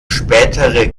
spätere